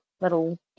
little